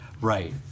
Right